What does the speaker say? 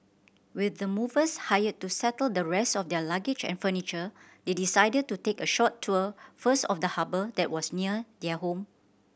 with the movers hired to settle the rest of their luggage and furniture they decided to take a short tour first of the harbour that was near their home